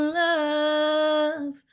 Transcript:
love